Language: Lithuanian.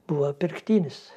buvo pirktinis